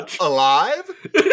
alive